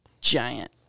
giant